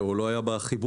או כמעט לא היה בה חיבור,